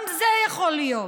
גם זה יכול להיות.